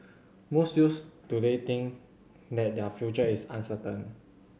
most youths today think that their future is uncertain